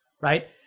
Right